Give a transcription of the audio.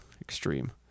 extreme